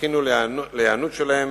להיענות שלהם,